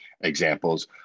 examples